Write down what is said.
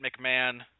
McMahon